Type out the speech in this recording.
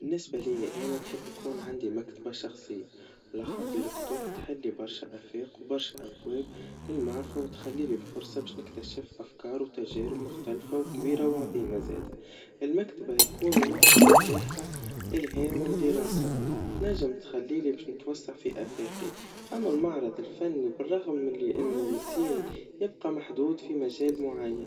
بالنسبا ليا أنا, نحب يكون عندي مكتبا شخصيا, على خاطر الكتب تحلي برشا آفاق, وبرشا أبواب للمعرفا, وتخلي لي فرصا باش نكتشف أفكار وتجارب مختلفا, وكبيرا, وعظيما زادا, المكتبا يكون مصدر متاحا إلهامي ودراسا, وتنجم تخليلي باش نتوسع بآفاقي, أما المعرض الفني, بالرغم مالي إنه مزيان يبقى محدود في مجال معين.